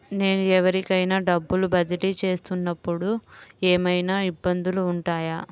నేను ఎవరికైనా డబ్బులు బదిలీ చేస్తునపుడు ఏమయినా ఇబ్బందులు వుంటాయా?